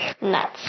nuts